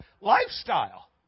lifestyle